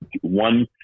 one